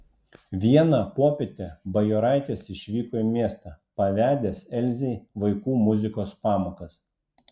vieną popietę bajoraitis išvyko į miestą pavedęs elzei vaikų muzikos pamokas